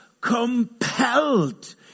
compelled